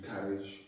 courage